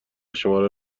شماره